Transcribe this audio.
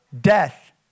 death